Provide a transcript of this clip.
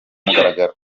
mugaragaro